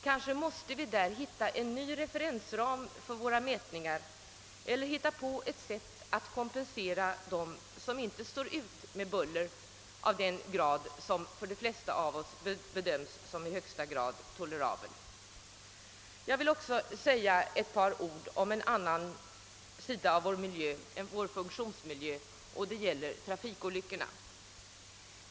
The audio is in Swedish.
Kanske vi måste finna en ny referensram för våra mätningar eller hitta på ett sätt att kompensera dem som inte står ut med buller av en grad som av de flesta av oss bedöms som tolerabel. Jag vill också säga ett par ord om en annan sida av vår funktionsmiljö, om trafikolyckorna.